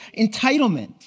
entitlement